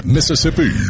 Mississippi